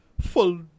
full